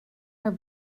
her